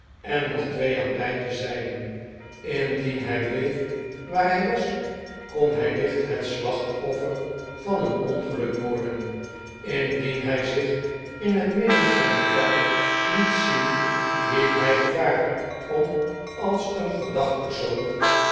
en nog twee aan beide zij den indien hij bleef waar hij was kon hij licht het slachtoffer van een ongeluk wordenj indien hij zich in het midden van den tuin liet zien liep hij gevaar om als een verdacht perpickwick